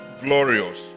Glorious